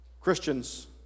Christians